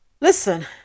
Listen